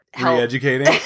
Re-educating